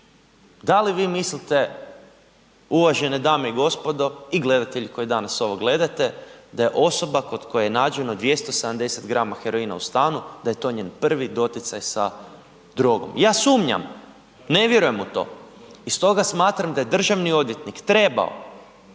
Da li vi mislite uvažene dame i gospodo i gledatelji koji danas ovo gledate, da je osoba kod koje je nađeno 270 grama heroina u stanu da je to njen prvi doticaj sa drogom. Ja sumnjam, ne vjerujem u to i stoga smatram da je državni odvjetnik trebao